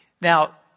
Now